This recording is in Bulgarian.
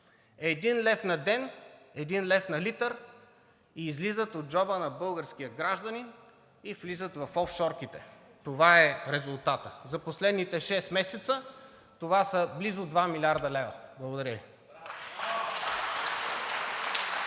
Един лев на ден, един лев на литър излизат от джоба на българския гражданин и влизат в офшорките. Това е резултатът. За последните шест месеца това са близо 2 млрд. лв. Благодаря